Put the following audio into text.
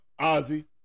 Ozzy